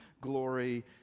glory